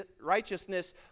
righteousness